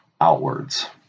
outwards